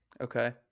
Okay